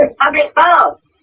and public baths.